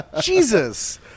Jesus